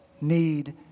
need